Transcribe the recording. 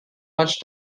much